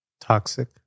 Toxic